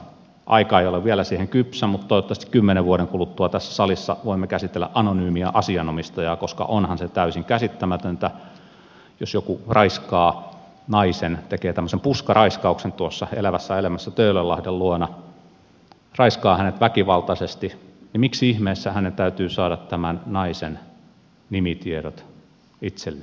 aika ei ole vielä siihen kypsä mutta toivottavasti kymmenen vuoden kuluttua tässä salissa voimme käsitellä anonyymia asianomistajaa koska onhan se täysin käsittämätöntä että jos joku raiskaa naisen väkivaltaisesti tekee tämmöisen puskaraiskauksen tuossa elävässä elämässä töölönlahden luona niin miksi ihmeessä hänen täytyy saada tämän naisen nimitiedot itselleen